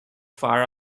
far